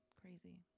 crazy